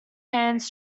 hands